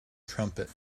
trumpet